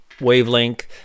wavelength